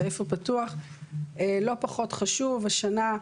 ממש לפני שבוע הסתיים תהליך של חיזוק השלטון